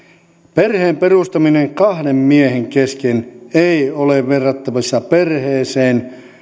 perheen perustaminen kahden miehen kesken ei ole verrattavissa perheeseen